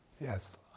yes